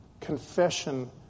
Confession